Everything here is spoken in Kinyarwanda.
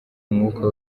umwuka